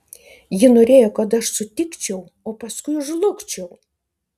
ji norėjo kad aš sutikčiau o paskui žlugčiau